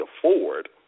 afford